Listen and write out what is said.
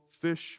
fish